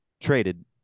Traded